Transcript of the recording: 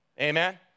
Amen